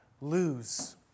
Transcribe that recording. lose